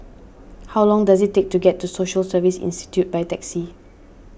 how long does it take to get to Social Service Institute by taxi